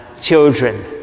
children